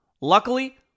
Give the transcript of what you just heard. Luckily